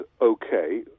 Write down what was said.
okay